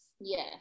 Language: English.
Yes